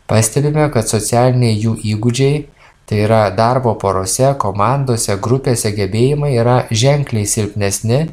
pastebime kad socialiniai jų įgūdžiai tai yra darbo porose komandose grupėse gebėjimai yra ženkliai silpnesni